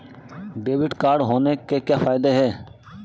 Debit card होने के क्या फायदे हैं?